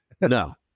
no